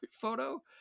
photo